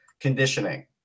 conditioning